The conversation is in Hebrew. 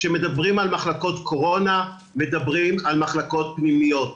כשמדברים על מחלקות קורונה מדברים על מחלקות פנימיות,